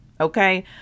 okay